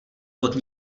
kód